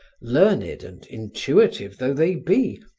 learned and intuitive though they be,